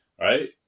right